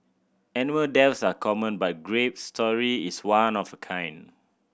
animal deaths are common but Grape's story is one of a kind